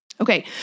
Okay